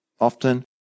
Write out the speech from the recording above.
often